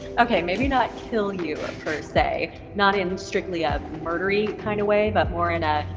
okay, maybe not kill you, ah per se. not in strictly a murdery kinda way, but more in a,